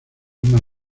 una